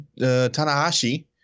tanahashi